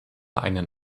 einen